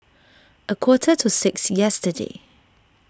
a quarter to six yesterday